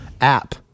app